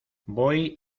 voy